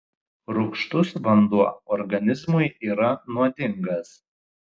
rūgštus vanduo organizmui yra nuodingas